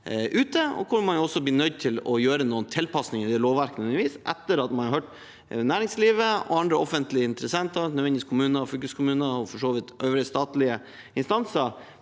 hvor man også blir nødt til å gjøre noen tilpasninger i lovverket etter at man har hørt næringslivet og andre offentlige interessenter, kommuner og fylkeskommuner og for så vidt øvrige statlige instanser